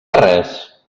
res